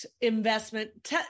investment